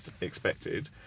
expected